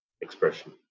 expression